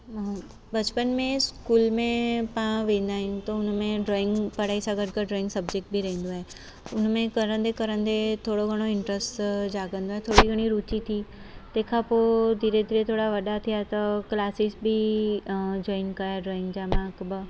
बचपन में स्कूल में पाणि वेंदा आहियूं त हुन में ड्रॉइंग पढ़ाई सां गॾु गॾु त ड्रॉइंग सब्जेक्ट बि रहंदो आहे हुन में कंदे कंदे थोरो घणो इंट्र्स्ट जाॻंदो आहे थोरी घणी रुची थी तंहिं खां पोइ धीरे धीरे थोरा वॾा थिया त क्लासिस बि जॉइन कया ड्रॉइंग जा मां हिकु ॿ